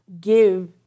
give